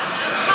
אבל זה לא נכון.